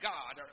God